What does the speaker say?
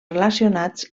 relacionats